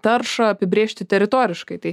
taršą apibrėžti teritoriškai tai